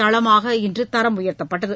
தளமாக இன்று தரம் உயர்த்தப்பட்டது